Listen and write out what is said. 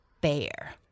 bear